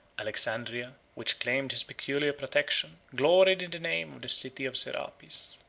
alexandria, which claimed his peculiar protection, gloried in the name of the city of serapis.